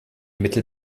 mittel